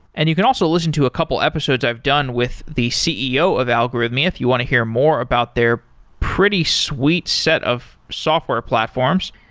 and you can also listen to a couple episodes i've done with the ceo of algorithmia, if you want to hear more about their pretty sweet set of software platforms.